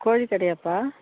கோழிக் கடையாப்பா